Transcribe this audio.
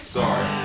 sorry